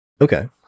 Okay